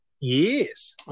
Yes